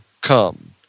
come